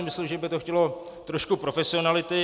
Myslím si, že by to chtělo trošku profesionality.